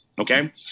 Okay